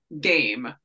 game